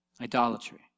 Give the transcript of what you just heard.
idolatry